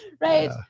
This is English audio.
Right